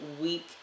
week